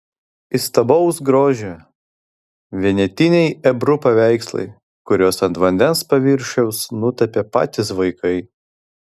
įstabaus grožio vienetiniai ebru paveikslai kuriuos ant vandens paviršiaus nutapė patys vaikai